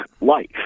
life